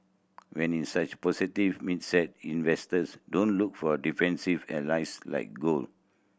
when in such positive meant set investors don't look for a defensive arise like gold